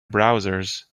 browsers